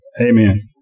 Amen